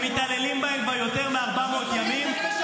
שמתעללים בהן כבר יותר מ-400 ימים -- המציל נפש אחת.